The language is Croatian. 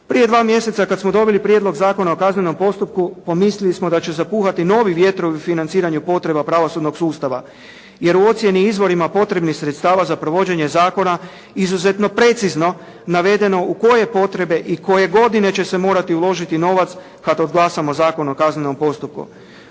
Prije dva mjeseca kad smo dobili Prijedlog zakona o kaznenom postupku pomislili smo da će zapuhati novi vjetrovi u financiranju potreba pravosudnog sustava, jer u ocjeni i izvorima potrebnih sredstava za provođenje zakona izuzetno precizno navedeno u koje potrebe i koje godine će se morati uložiti novac kad odglasamo Zakon o kaznenom postupku.